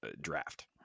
draft